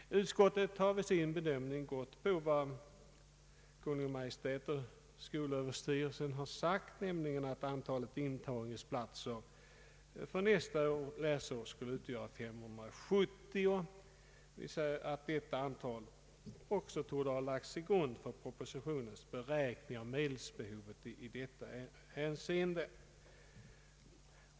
Utskottet har i sin bedömning tagit hänsyn till vad Kungl. Maj:t och skolöverstyrelsen sagt, nämligen att antalet intagningsplatser för nästa läsår skulle utgöra 570. Detta antal torde också ha lagts till grund för propositionens beräkning av medelsbehovet i detta hänseende.